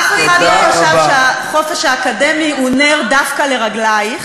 אף אחד לא חשב שהחופש האקדמי הוא נר דווקא לרגלייך,